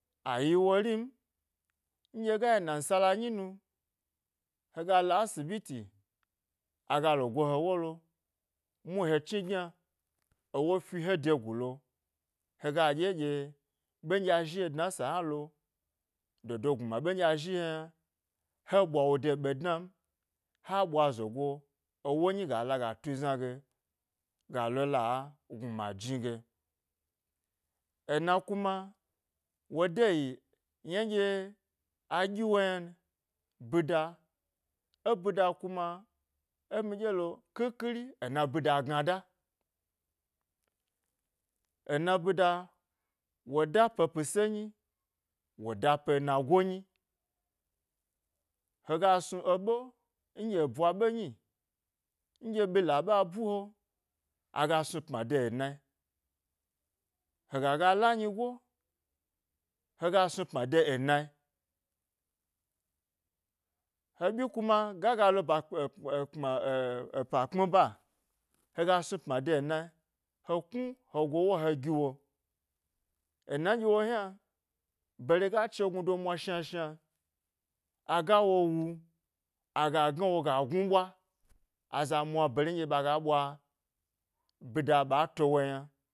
A yi wo din, ndye ga yi namsala nyi nu hega lo asibiti, agalo go he wo lo, mulmi ha chni gyna ewo fi he degulo, he ga ɗye ɗye, ɓe nɗye a zhi he dna sa hna lo, dodo gnuna ɓe nɗye a zhi he yna he ɓwa de ɓe dna n, ha ɓwa zogo ewo nyi ga laga tu zna ge, ga lo la, gnuna dni ge ena kuma wo dayi yna ɗye a ɗyi wo ynan, ɓida, eɓida kuma ė miɗye lo, khikhiri, ena ɓida gna da, ena ɓida, woda pe pise nyi, wo da pe nago nyi, hega snu eɓe, nɗye eɓwa ɓe nyi nɗye ɓila ɓe a bu he, aga snu pma de, ena hega ga la nyigo hega snu pma de ena, he ɓyi kuma ga ga lo epa kpmi ba hega snu pma de ena he knu he go'wo ha giwo. Ena nɗye wo yna, bare ga chegnudo mwa shna aga wo wu aga gnawo ga gnu ɓwa, aza mwa bare nɗye ɓaga ɓwa ɓida ɓa to wo yna.